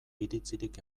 iritzirik